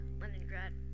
Leningrad